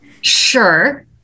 sure